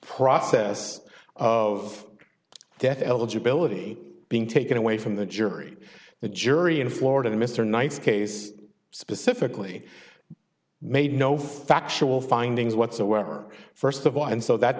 process of death eligibility being taken away from the jury the jury in florida mr knight's case specifically made no factual findings whatsoever first of all and so that